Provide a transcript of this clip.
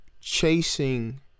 chasing